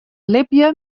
libje